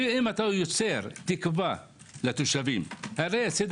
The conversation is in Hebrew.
ואם אתה יוצר תקווה לתושבים הרי סדר